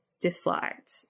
disliked